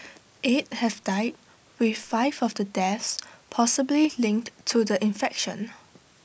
eight have died with five of the deaths possibly linked to the infection